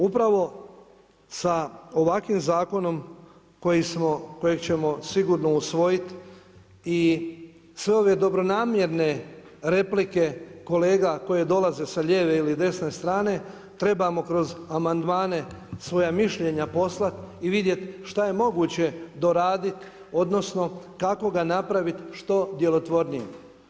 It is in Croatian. Upravo sa ovakvim zakonom kojeg ćemo sigurno usvojiti i sve ove dobronamjerne replike kolega koje dolaze sa lijeve ili sa desne strane, trebamo kroz amandmane svoja mišljenja poslati i vidjeti šta je moguće doraditi odnosno kako ga napraviti što djelotvornijim.